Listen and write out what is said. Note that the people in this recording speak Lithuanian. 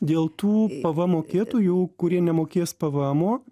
dėl tų pvm mokėtojų kurie nemokės pvmo